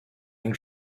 and